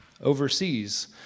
overseas